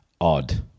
odd